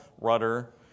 rudder